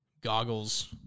goggles